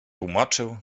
tłumaczył